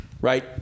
right